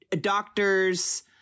doctors